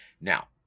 Now